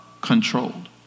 controlled